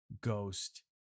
ghost